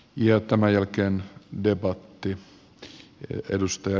ja tämän jälkeen debatti